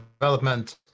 development